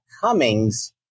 Cummings